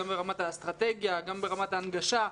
גם ברמת האסטרטגיה וגם ברמת ההנגשה.